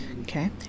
Okay